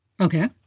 Okay